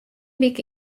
wike